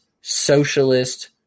socialist